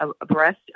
abreast